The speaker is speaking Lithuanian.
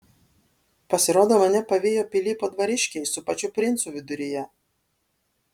pasirodo mane pavijo pilypo dvariškiai su pačiu princu viduryje